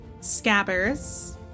scabbers